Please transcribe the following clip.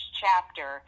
chapter